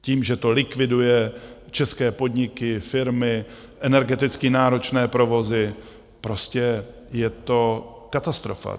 Tím, že to likviduje české podniky, firmy, energeticky náročné provozy, prostě je to katastrofa.